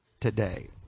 today